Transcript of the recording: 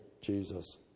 Jesus